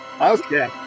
Okay